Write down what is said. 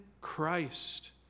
Christ